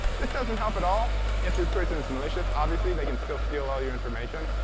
this doesn't help at all if this person is malicious, obviously. they can still steal all your information.